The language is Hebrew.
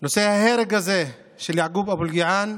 נושא ההרג הזה של יעקוב אלקיעאן,